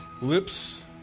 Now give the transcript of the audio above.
lips